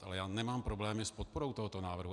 Ale já nemám problémy s podporou tohoto návrhu.